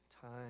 time